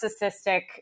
narcissistic